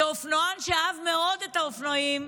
כאופנוען שאהב מאוד את האופנועים,